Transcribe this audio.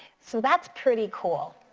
so that's pretty cool.